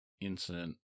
incident